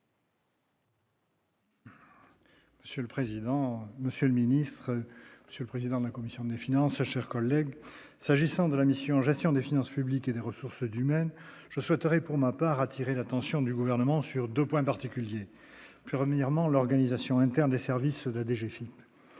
Monsieur le président, monsieur le ministre, monsieur le président de la commission des finances, chers collègues, s'agissant de la mission gestion des finances publiques et des ressources du même je souhaiterais pour ma part, attirer l'attention du gouvernement sur 2 points particuliers : premièrement, l'organisation interne des services, la DGSI,